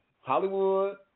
Hollywood